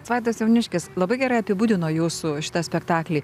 vaidas jauniškis labai gerai apibūdino jūsų šitą spektaklį